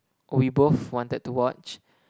we both wanted to watch